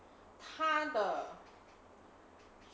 他的